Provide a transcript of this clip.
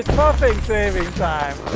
saving time.